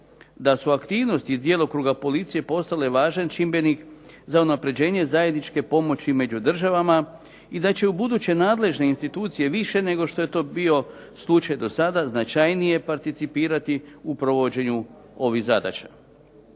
da su aktivnosti iz djelokruga policije postale važan čimbenik za unapređenje zajedničke pomoći među državama i da će ubuduće nadležne institucije više nego što je to bio slučaj do sada značajnije participirati u provođenju ovih zadaća.